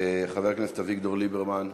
חבר הכנסת אביגדור ליברמן,